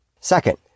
Second